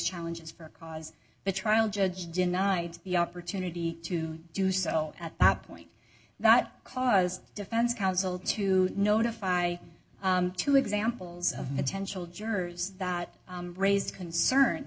challenges for cause the trial judge denied the opportunity to do so at that point that caused defense counsel to notify two examples of intentional jurors that raised concern